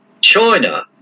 China